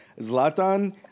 zlatan